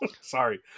sorry